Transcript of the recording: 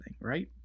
right